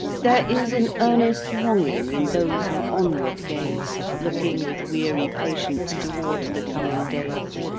there is an earnest longing in those who onward gaze, looking with weary patience towards the coming days.